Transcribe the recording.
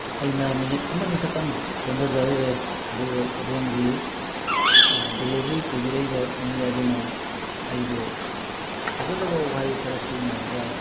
ꯑꯩꯅ ꯃꯤꯅꯤꯠ ꯑꯃꯅꯤꯈꯛꯇꯪ ꯆꯣꯟꯊꯖꯔꯨꯔꯦ ꯑꯗꯨ ꯑꯗꯣꯝꯒꯤ ꯗꯦꯂꯤꯚꯔꯤ ꯄꯨꯕꯤꯔꯛꯏꯕ ꯃꯤ ꯑꯗꯨꯅ ꯑꯩꯕꯨ ꯐꯖꯗꯕ ꯋꯥꯍꯩ ꯈꯔ ꯁꯤꯖꯤꯟꯅꯔꯒ